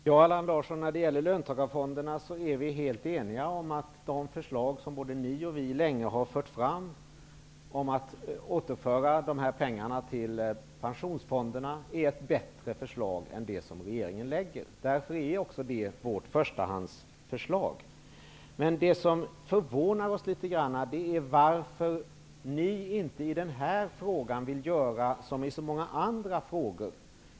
Herr talman! När det gäller löntagarfonderna, Allan Larsson, är vi helt eniga om att de förslag som både ni och vi länge har fört fram om att överföra pengar till pensionsfonderna är ett bättre förslag än det som regeringen har lagt fram. Därför är det också vårt förstahandsförslag. Vad som förvånar oss är att ni i den här frågan inte vill göra som i så många andra frågor.